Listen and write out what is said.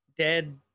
dead